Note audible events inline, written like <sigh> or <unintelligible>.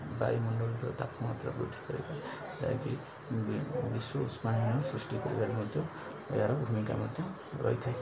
ବାୟୁମଣ୍ଡଳର ତାପମାତ୍ରା ବୃଦ୍ଧି କରି ଯାହାକି ବିଶ୍ଵ <unintelligible> ସୃଷ୍ଟି କରିବାରେ ମଧ୍ୟ ଏହାର ଭୂମିକା ମଧ୍ୟ ରହିଥାଏ